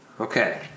Okay